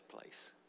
place